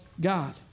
God